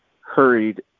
hurried